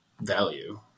value